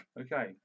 Okay